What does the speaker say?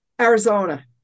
Arizona